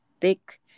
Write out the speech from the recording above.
thick